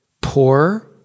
poor